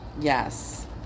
Yes